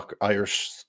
Irish